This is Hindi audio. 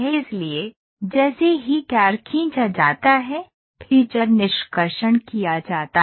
इसलिए जैसे ही कैड़ खींचा जाता है फीचर निष्कर्षण किया जाता है